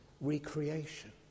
recreation